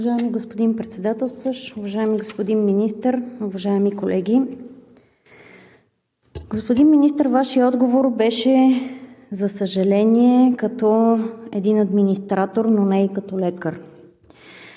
Уважаеми господин Председателстващ, уважаеми господин Министър, уважаеми колеги! Господин Министър, Вашият отговор беше, за съжаление, като на администратор, но е и като на лекар.